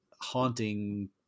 haunting